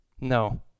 No